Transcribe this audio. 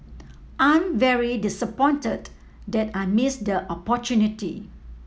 I'm very disappointed that I missed the opportunity